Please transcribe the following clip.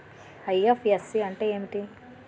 IFSC అంటే ఏమిటి?